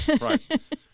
Right